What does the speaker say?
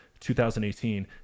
2018